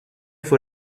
fue